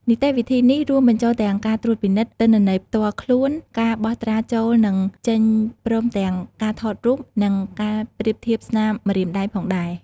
នីតិវិធីនេះរួមបញ្ចូលទាំងការត្រួតពិនិត្យទិន្នន័យផ្ទាល់ខ្លួន ការបោះត្រាចូលនិងចេញព្រមទាំងការថតរូបនិងការប្រៀបធៀបស្នាមម្រាមដៃផងដែរ។